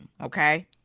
okay